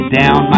down